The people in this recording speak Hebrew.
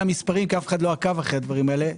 מספרים כי אף אחד לא עקב אחרי הדברים האלה.